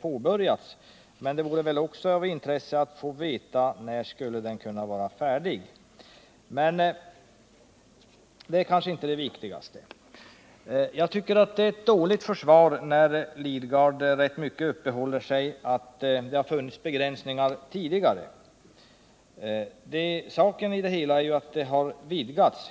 påbörjats. Det vore av intresse att få veta när den skulle kunna vara färdig. Jag tycker att det är ett dåligt försvar när Bertil Lidgard rätt mycket uppehåller sig vid att det har funnits begränsningar tidigare. Saken är ju den att begränsningarna vidgats.